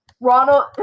Ronald